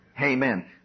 Amen